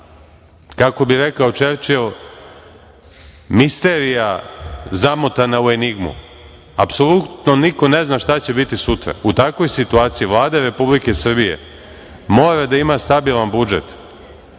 kako bi rekao Čerčil, misterija zamotana u enigmu. Apsolutno niko ne zna šta će biti sutra. U takvoj situaciji Vlada Republike Srbije mora da ima stabilan budžet,